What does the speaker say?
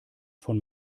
von